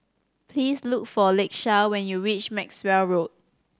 please look for Lakeisha when you reach Maxwell Road